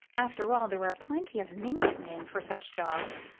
after all, there were plenty of mingott men for such jobs,